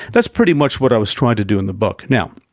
that's pretty much what i was trying to do in the book. now,